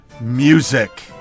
music